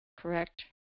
correct